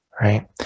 right